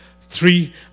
Three